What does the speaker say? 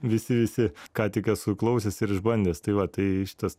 visi visi ką tik esu klausęs ir išbandęs tai va tai šitas